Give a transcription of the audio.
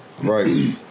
Right